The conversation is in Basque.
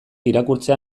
irakurtzea